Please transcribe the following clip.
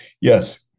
yes